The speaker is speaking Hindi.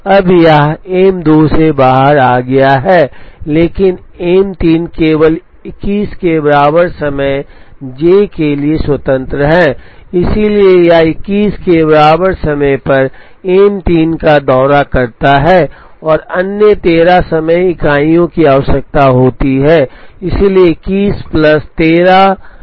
अब यह एम 2 से बाहर आ गया है लेकिन एम 3 केवल 21 के बराबर समय जे के लिए स्वतंत्र है इसलिए यह 21 के बराबर समय पर एम 3 का दौरा करता है और अन्य 13 समय इकाइयों की आवश्यकता होती है इसलिए 21 प्लस 13 34 है